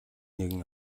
нэгэн